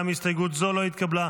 גם הסתייגות זו לא התקבלה.